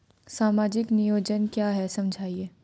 सामाजिक नियोजन क्या है समझाइए?